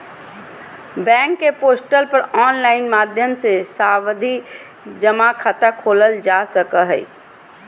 bank के portal पर online माध्यम से सावधि जमा खाता खोलल जा सको हय